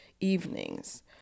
evenings